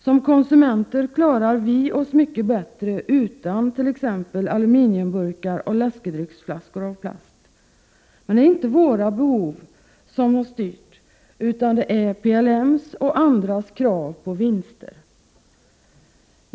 Som konsumenterna klarar vi oss mycket bättre utan t.ex. aluminiumburkar och läskedrycksflaskor av plast. Men det är inte våra behov som har styrt, utan det är PLM:s och andras krav på vinster.